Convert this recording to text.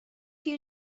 few